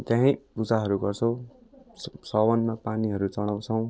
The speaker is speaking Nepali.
त्यहीँ पूजाहरू गर्छौँ स साउनमा पानीहरू चढाउँछौँ